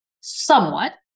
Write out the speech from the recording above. somewhat